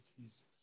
Jesus